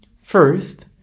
First